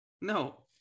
No